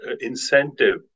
incentive